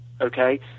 Okay